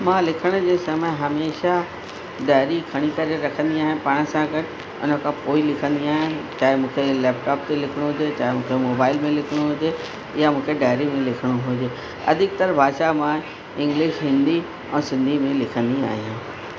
मां लिखण जे समय हमेशह डायरी खणी करे रखंदी आहियां पाण सां गॾु हुन खां पोइ ई लिखंदी आहियां त मूंखे लैपटॉप ते लिखिणो हुजे चाहे मूंखे मोबाइल लिखिणो हुजे या मूंखे डायरी में लिखिणो हुजे अधिकतर भाषा मां इंग्लिश हिंदी ऐं सिंधी में लिखंदी आहियां